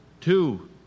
Two